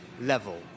level